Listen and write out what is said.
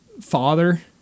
father